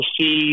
see